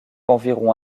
environ